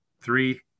three